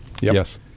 Yes